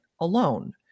alone